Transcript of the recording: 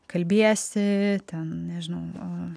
kalbiesi ten nežinau